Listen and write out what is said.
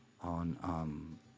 on